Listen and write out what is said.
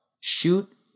shoot